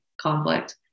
conflict